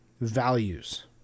values